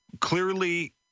Clearly